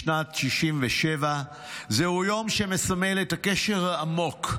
בשנת 1967. זה יום שמסמל את הקשר העמוק,